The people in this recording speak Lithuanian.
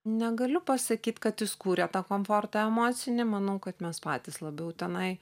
negaliu pasakyt kad jis kūrė tą komfortą emocinį manau kad mes patys labiau tenai